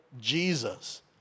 Jesus